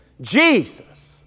Jesus